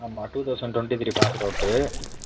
ஆமாம் two thousand twenty three passed out